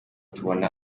tubona